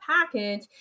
package